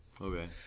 Okay